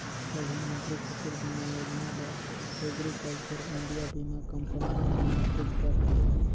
परधानमंतरी फसिल बीमा योजना ल एग्रीकल्चर इंडिया बीमा कंपनी हर नियंत्रित करथे